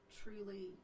truly